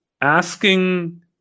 asking